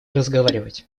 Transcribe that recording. разговаривать